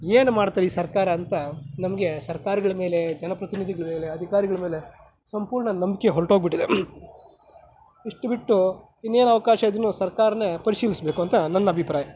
ಏನು ಮಾಡತ್ತೆ ಈ ಸರ್ಕಾರ ಅಂತ ನಮಗೆ ಸರ್ಕಾರಗಳ ಮೇಲೆ ಜನಪ್ರತಿನಿಧಿಗಳ ಮೇಲೆ ಅಧಿಕಾರಿಗಳ ಮೇಲೆ ಸಂಪೂರ್ಣ ನಂಬಿಕೆ ಹೊರ್ಟೋಗ್ಬಿಟ್ಟಿದೆ ಇಷ್ಟು ಬಿಟ್ಟು ಇನ್ನೇನು ಅವಕಾಶ ಇದ್ರು ಸರ್ಕಾರನೇ ಪರಿಶೀಲಿಸಬೇಕು ಅಂತ ನನ್ನ ಅಭಿಪ್ರಾಯ